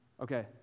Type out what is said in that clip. Okay